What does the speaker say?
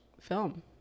film